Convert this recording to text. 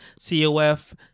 COF